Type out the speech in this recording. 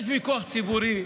יש ויכוח ציבורי,